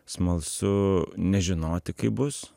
smalsu nežinoti kaip bus